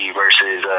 versus